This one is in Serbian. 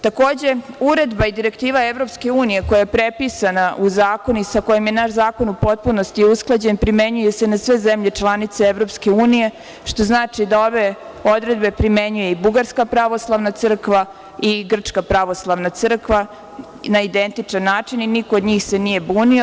Takođe, Uredba i Direktiva EU koja je prepisana u zakon i sa kojom je naš zakon u potpunosti usklađen, primenjuje se na sve zemlje članice EU, što znači da ove odredbe primenjuje i Bugarska Pravoslavna Crkva i Grčka Pravoslavna Crkva na identičan način i niko od njih se nije bunio.